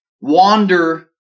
wander